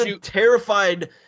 terrified